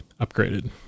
upgraded